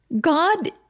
God